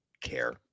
care